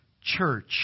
church